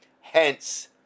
Hence